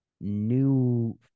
new